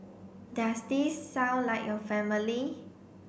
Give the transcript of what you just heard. does this sound like your family